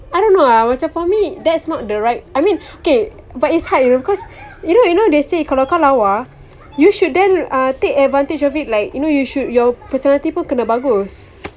I don't know err macam for me that's not the right I mean okay but it's hard you know cause you know you know they say kalau kau lawa you should then uh take advantage of it like you know you should your personality pun kena bagus